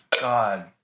God